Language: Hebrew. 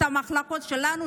את המחלוקות שלנו,